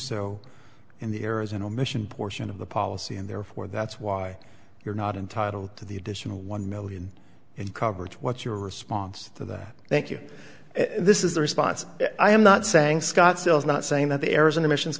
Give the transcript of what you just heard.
so in the air as an omission portion of the policy and therefore that's why you're not entitled to the additional one million and coverage what's your response to that thank you this is the response i am not saying scottsdale is not saying that the arizona missions